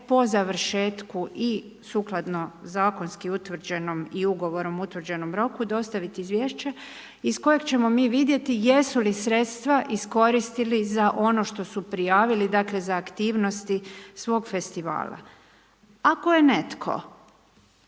po završetku i sukladno zakonski utvrđenom i ugovorom utvrđenom roku dostaviti izvješće iz kojeg ćemo mi vidjeti jesu li sredstva iskoristili za ono što su prijavili, dakle za aktivnosti svog festivala. Ako je netko